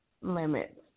limits